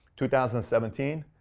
two thousand and seventeen,